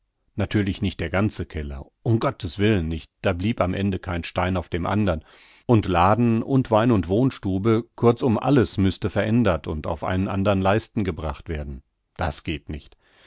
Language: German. natürlich nicht der ganze keller um gottes willen nicht da blieb am ende kein stein auf dem andern und laden und wein und wohnstube kurzum alles müßte verändert und auf einen andern leisten gebracht werden das geht nicht